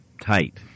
tight